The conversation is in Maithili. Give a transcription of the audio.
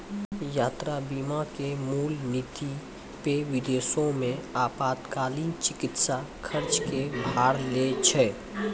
यात्रा बीमा के मूल नीति पे विदेशो मे आपातकालीन चिकित्सा खर्च के भार लै छै